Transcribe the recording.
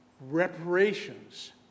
reparations